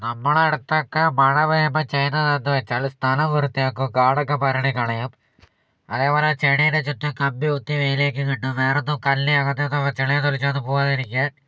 നമ്മുടെ അടുത്തൊക്കെ മഴ പെയ്യുമ്പോൾ ചെയ്യുന്നത് എന്നു വച്ചാൽ സ്ഥലം വൃത്തിയാക്കും കാടോക്കെ പരണ്ടി കളയും അതേപോലെ ചെടിയുടെ ചുറ്റും കമ്പി കുത്തി വേലിയൊക്കെ കെട്ടും വേറെയെന്തോ കല്ല് അങ്ങനത്തെയെന്തോ വച്ച് ചളിയൊക്കെ വയ്ക്കും അത് പോവാതിരിക്കാന്